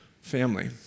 family